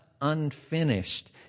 unfinished